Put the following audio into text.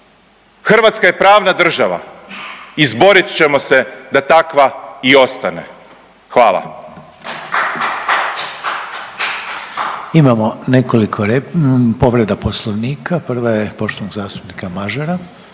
Hrvatska je pravna država izborit ćemo se da takva i ostane. Hvala. **Reiner, Željko (HDZ)** Imamo nekoliko povreda Poslovnika. Prva je poštovanog zastupnika Mažara.